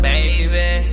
Baby